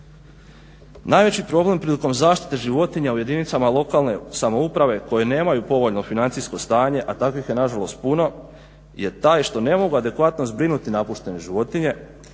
Najveći problem prilikom zaštite životinja u jedinicama lokalne samouprave koje nemaju povoljno financijsko stanje, a takvih je nažalost puno, je taj što ne mogu adekvatno zbrinuti napuštene životinje